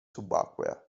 subacquea